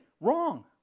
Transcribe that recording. Wrong